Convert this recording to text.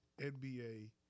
NBA